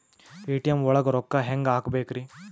ATM ಒಳಗ್ ರೊಕ್ಕ ಹೆಂಗ್ ಹ್ಹಾಕ್ಬೇಕ್ರಿ?